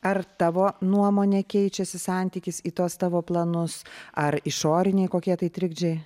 ar tavo nuomone keičiasi santykis į tuos tavo planus ar išoriniai kokie tai trikdžiai